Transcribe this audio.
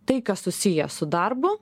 tai kas susiję su darbu